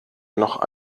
noch